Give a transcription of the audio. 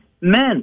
men